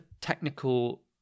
technical